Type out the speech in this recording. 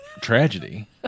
Tragedy